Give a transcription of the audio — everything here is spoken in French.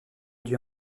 dieu